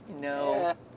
No